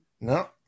No